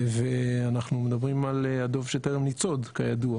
ואנחנו מדברים על הדוב שטרם ניצוד, כידוע